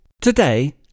Today